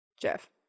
Jeff